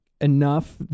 enough